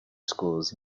schools